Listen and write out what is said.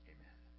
Amen